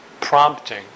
prompting